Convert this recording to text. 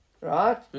right